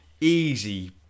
easy